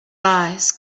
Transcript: eyes